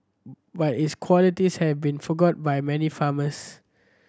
but its qualities have been forgot by many farmers